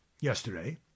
yesterday